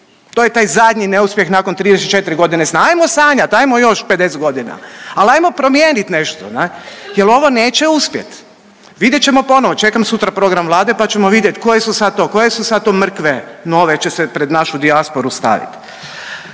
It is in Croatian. To je taj zadnji neuspjeh nakon 34 godine. Hajmo sanjati, hajmo još 50 godina ali hajmo promijeniti nešto, ne, jer ovo neće uspjeti. Vidjet ćemo ponovo, čekam sutra program Vlade pa ćemo vidjeti koje su sad to, koje su sad to mrkve nove će se pred našu dijasporu staviti.